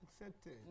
accepted